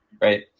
right